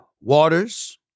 Waters